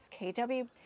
KW